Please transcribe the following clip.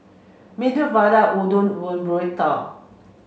Medu Vada Udon Burrito